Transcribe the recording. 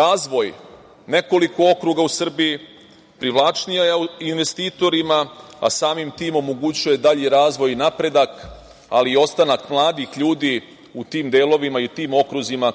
razvoj nekoliko okruga u Srbiji, privlačnija je investitorima, a samim tim omogućuje dalji razvoj i napredak, ali i ostanak mladih ljudi u tim delovima i tim okruzima